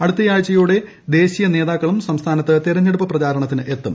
അടുത്തയാഴ്ചയോടെ ദേശീയ നേതാക്കളും സംസ്ഥാനത്ത് തെരഞ്ഞെടുപ്പ് പ്രചാരണത്തിന് എത്തും